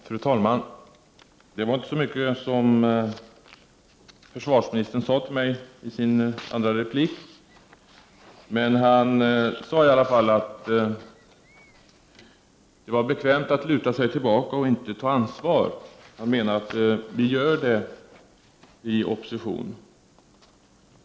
Fru talman! Försvarsministern sade inte så mycket till mig i sin andra replik, men han sade i alla fall att det är bekvämt att luta sig tillbaka och inte ta ansvar. Han menade att vi inte gör det inom oppositionen.